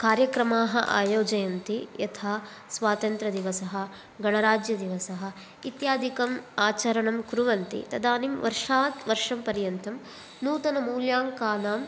कार्यक्रमाः आयोजयन्ति यथा स्वातन्त्र्यदिवसः गणराज्यदिवसः इत्याधिकम् आचरणं कुर्वन्ति तदानीं वर्षात् वर्षं पर्यंन्तं नूतन मूल्याङ्कानां